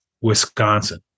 Wisconsin